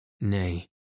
Nay